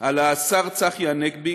על השר צחי הנגבי